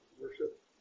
worship